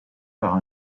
par